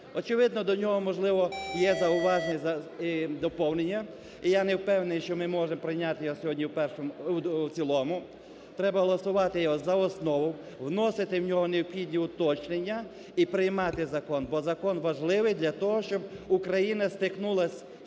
Очевидно до нього, можливо, є зауваження і доповнення, і я не впевнений, що ми можемо прийняти його сьогодні в цілому. Треба голосувати його за основу, вносити в нього необхідні уточнення і приймати закон, бо закон важливий для того, щоб Україна стикнулася